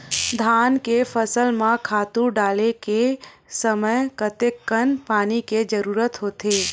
धान के फसल म खातु डाले के समय कतेकन पानी के जरूरत होथे?